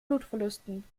blutverlusten